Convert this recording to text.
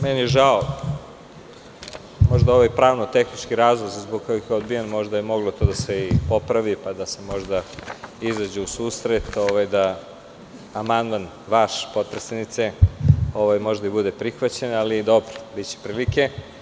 Meni je žao, možda ovi pravno-tehnički razlozi zbog kojih je odbijen, možda je moglo to da se i popravi, pa da se možda izađe u susret, da amandman vaš potpredsednice, možda i bude prihvaćen, ali dobro biće prilike.